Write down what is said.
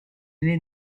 naît